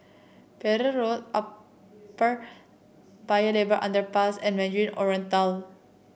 Pereira Road Upper Paya Lebar Underpass and Mandarin Oriental